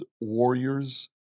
warriors